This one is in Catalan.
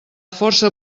força